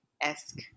esque